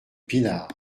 pinard